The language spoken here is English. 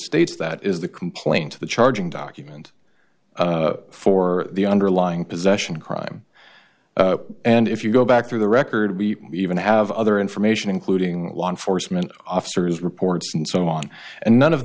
states that is the complaint to the charging document for the underlying possession crime and if you go back through the record we even have other information including law enforcement officers reports and so on and none of